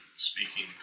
Speaking